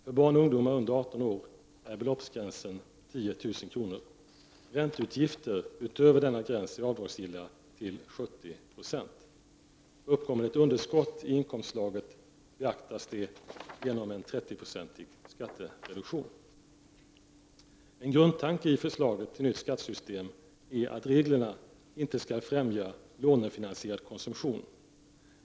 För barn och ungdomar under 18 år är beloppsgränsen 10 000 kr. Ränteutgifter över denna gräns är avdragsgilla till 70 90. Uppkommer det ett underskott i inkomstslaget beaktas det genom en 30-procentig skattereduktion. En grundtanke i förslaget till nytt skattesystem är att reglerna inte skall främja lånefinansierad konsumtion.